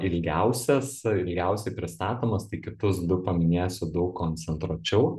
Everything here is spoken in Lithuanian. ilgiausias ilgiausiai pristatomas tai kitus du paminėsiu daug koncentruočiau